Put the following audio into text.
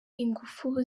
ingufu